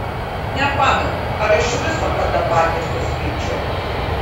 nepamenu ar iš viso kada baterkes keičiau